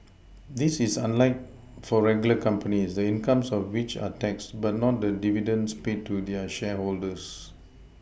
this is unlike for regular companies the incomes of which are taxed but not the dividends paid to their shareholders